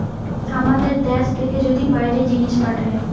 আমাদের দ্যাশ থেকে যদি বাইরে জিনিস পাঠায়